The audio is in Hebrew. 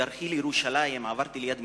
בדרכי לירושלים עברתי ליד מודיעין,